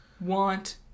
want